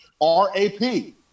R-A-P